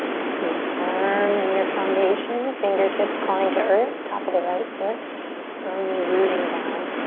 stay firm in your foundation. fingertips clawing to earth. top of the right foot firmly rooting down.